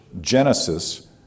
Genesis